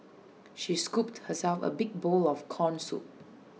she scooped herself A big bowl of Corn Soup